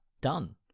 done